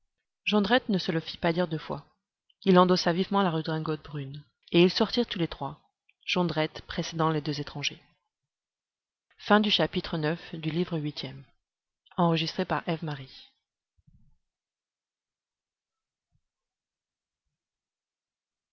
jondrette ne se le fit pas dire deux fois il endossa vivement la redingote brune et ils sortirent tous les trois jondrette précédant les deux étrangers